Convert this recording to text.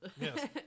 Yes